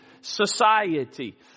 society